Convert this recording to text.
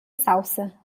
salsa